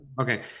Okay